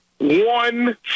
One